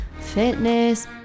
fitness